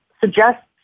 suggests